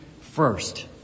first